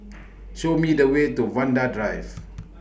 Show Me The Way to Vanda Drive